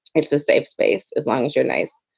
it's a safe space. as long as you're nice.